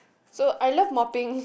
so I love mopping